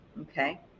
Okay